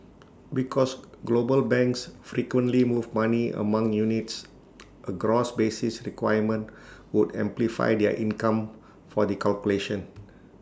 because global banks frequently move money among units A gross basis requirement would amplify their income for the calculation